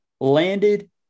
landed